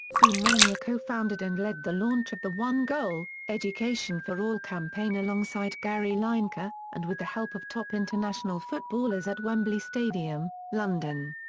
queen rania co-founded and led the launch of the one goal education for all campaign alongside gary lineker, and with the help of top international footballers at wembley stadium, london.